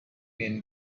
been